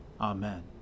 Amen